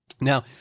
Now